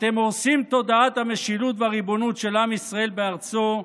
אתם הורסים את תודעת המשילות והריבונות של עם ישראל בארצו,